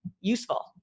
useful